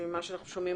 שממה שאנחנו שומעים,